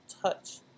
touch